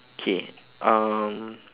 K um